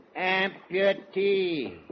Amputee